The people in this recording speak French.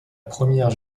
première